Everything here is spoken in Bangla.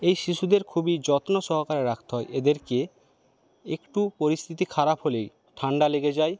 এই শিশুদের খুবই যত্নসহকারে রাখতে হয় এদেরকে একটু পরিস্থিতি খারাপ হলেই ঠান্ডা লেগে যায়